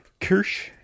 Kirsch